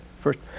first